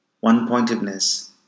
One-pointedness